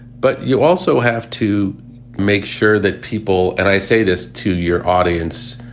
but you also have to make sure that people and i say this to your audience.